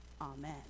Amen